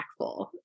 impactful